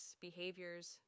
behaviors